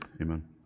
Amen